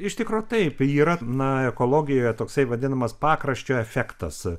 iš tikro taip yra na ekologijoje toksai vadinamas pakraščio efektas